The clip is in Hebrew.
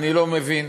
אני לא מבין.